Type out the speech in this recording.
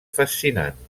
fascinant